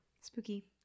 spooky